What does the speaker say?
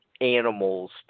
animals